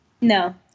No